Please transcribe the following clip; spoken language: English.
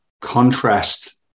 contrast